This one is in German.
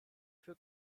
für